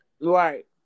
Right